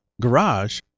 garage